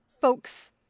folks